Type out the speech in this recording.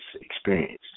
experience